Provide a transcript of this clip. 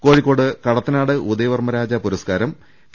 കോഴിക്കോട്ട് കടത്തനാട് ഉദയവർമ്മരാജ പുരസ്കാരം കെ